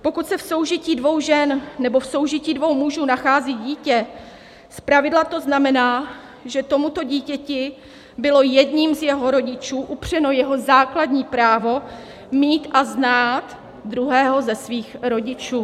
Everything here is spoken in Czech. Pokud se v soužití dvou žen nebo v soužití dvou mužů nachází dítě, zpravidla to znamená, že tomuto dítěti bylo jedním z jeho rodičů upřeno jeho základní právo mít a znát druhého ze svých rodičů.